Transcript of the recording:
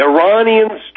Iranians